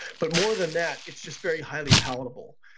but more than that it's just very highly palatable.